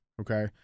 okay